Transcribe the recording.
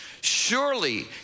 Surely